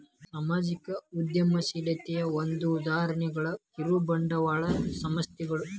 ಸಾಮಾಜಿಕ ಉದ್ಯಮಶೇಲತೆಯ ಒಂದ ಉದಾಹರಣೆ ಕಿರುಬಂಡವಾಳ ಸಂಸ್ಥೆಗಳು